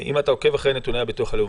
אם אתה עוקב אחרי נתוני הביטוח הלאומי,